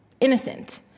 innocent